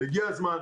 הגיע הזמן,